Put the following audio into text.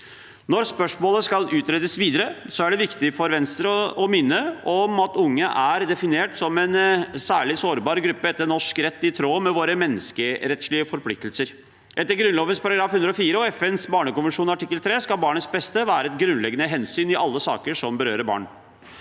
Når spørsmålet skal utredes videre, er det viktig for Venstre å minne om at unge er definert som en særlig sårbar gruppe etter norsk rett, i tråd med våre menneskerettslige forpliktelser. Etter Grunnloven § 104 og FNs barnekonvensjon artikkel 3 skal barnets beste være et grunnleggende hensyn i alle saker som berører barn.